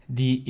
di